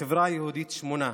בחברה היהודית, שמונה,